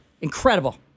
Incredible